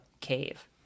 cave